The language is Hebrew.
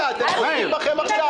רגע, אתם חוזרים בכם עכשיו?